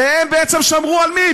והם בעצם שמרו על מי?